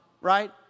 Right